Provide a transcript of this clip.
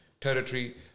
territory